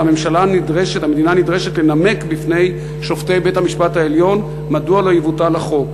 והמדינה נדרשת לנמק בפני שופטי בית-המשפט העליון מדוע לא יבוטל החוק.